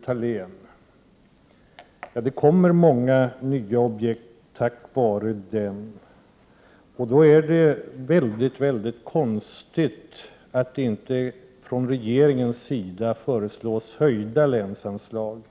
Många nya objekt tillkommer tack vare den. Därför är det mycket konstigt att man från regeringens sida inte föreslår en höjning av länsanslagen